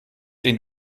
den